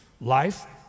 life